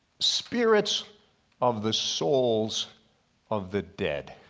spirits of the souls of the dead.